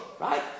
right